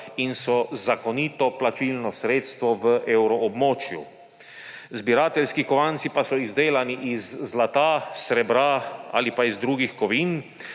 in so zakonito plačilno sredstvo v evroobmočju. Zbirateljski kovanci pa so izdelani iz zlata, srebra ali pa iz drugih kovin,